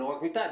לא רק מטייבה,